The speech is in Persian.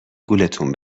گولتون